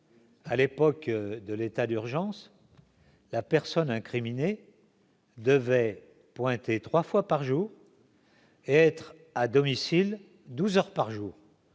à l'époque de l'état d'urgence. La personne incriminée. Devait pointer 3 fois par jour. être à domicile 12 heures par jour.